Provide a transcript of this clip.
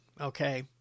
okay